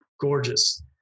gorgeous